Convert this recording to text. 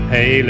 Hey